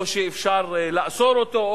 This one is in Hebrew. או שאפשר לאסור אותו?